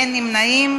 אין נמנעים.